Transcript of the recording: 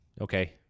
okay